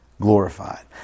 glorified